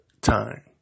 time